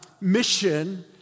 mission